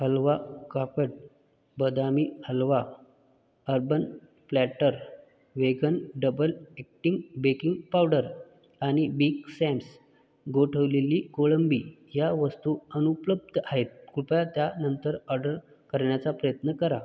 हलवा craft बदामी halwa urban platter vegan double acting baking powder आणि big Sam's गोठवलेली कोळंबी ह्या वस्तू अनुपलब्ध आहेत कृपया त्या नंतर ऑर्डर करण्याचा प्रयत्न करा